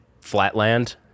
flatland